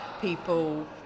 people